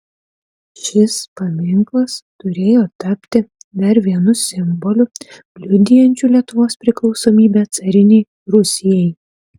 šis paminklas turėjo tapti dar vienu simboliu liudijančiu lietuvos priklausomybę carinei rusijai